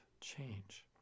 change